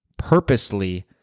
Purposely